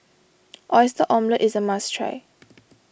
Oyster Omelette is a must try